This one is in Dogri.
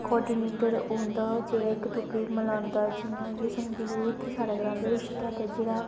कोआर्डिनेटर ओह् होंदा जेह्ड़ा इक दुए गी मलांदा जियां कि समझी लैओ इत्थै साढ़े ग्रांऽ दे रिश्ता पेजे दा